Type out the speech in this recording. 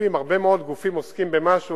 כשהרבה גופים עוסקים במשהו,